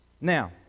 Now